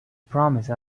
promise